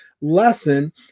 lesson